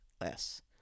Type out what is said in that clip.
less